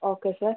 okay sir